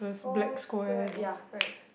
four square ya correct